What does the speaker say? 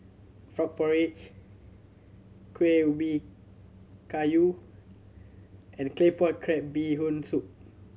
frog porridge Kueh Ubi Kayu and Claypot Crab Bee Hoon Soup